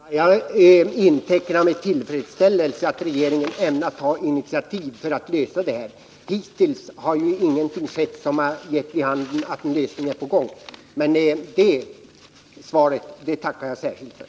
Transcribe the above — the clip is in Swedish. Herr talman! Jag noterar med tillfredsställelse att regeringen ämnar ta initiativ, så att frågan kan lösas. Hittills har ju ingenting skett som har gett vid handen att en lösning härvidlag är på gång. Men det sista beskedet tackar jag särskilt för.